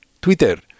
Twitter